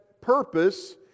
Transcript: purpose